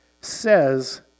says